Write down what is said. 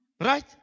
right